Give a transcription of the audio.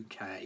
UK